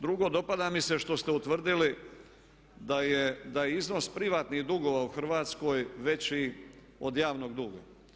Drugo, dopada mi se što ste utvrdili da je iznos privatnih dugova u Hrvatskoj veći od javnog duga.